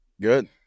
Good